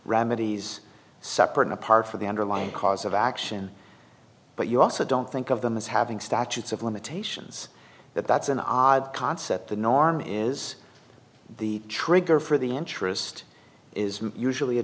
remedies separate apart from the underlying cause of action but you also don't think of them as having statutes of limitations that that's an odd concept the norm is the trigger for the interest is usually a